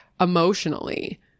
emotionally